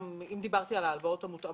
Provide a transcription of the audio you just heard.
אם דיברתי כמה פעמים על ההלוואות המותאמות